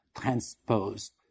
transposed